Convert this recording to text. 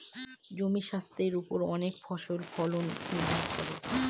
জমির স্বাস্থের ওপর অনেক ফসলের ফলন নির্ভর করে